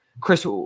Chris